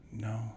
No